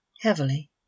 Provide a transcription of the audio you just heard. heavily